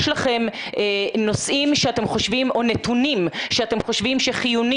לכם נושאים שאתם חושבים או נתונים שאתם חושבים שחיוני